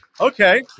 Okay